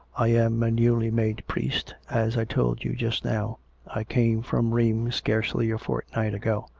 i am a newly-made priest, as i told you just now i came from rheims scarcely a fortnight ago.